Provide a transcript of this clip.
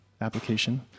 application